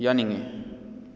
ꯌꯥꯅꯤꯡꯏ